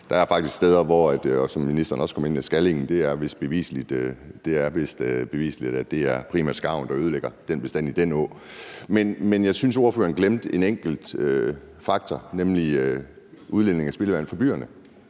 kom også ind på det – hvor det vist er bevist, at det primært er skarven, der ødelægger bestanden i den å. Men jeg synes, at ordføreren glemte en enkelt faktor, nemlig udledning af spildevand fra byerne.